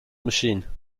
machine